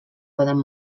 poden